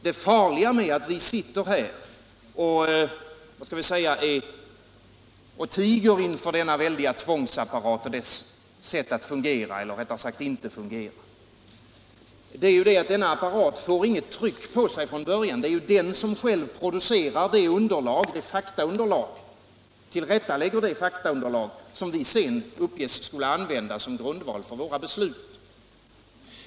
Det farliga med att vi sitter här och tiger inför denna väldiga tvångsapparat och dess sätt att fungera, eller rättare sagt inte fungera, är att apparaten inte får något tryck på sig från början. Det är ju den som själv tillrättalägger faktaunderlag som vi sedan uppges skola använda som grundval för våra beslut.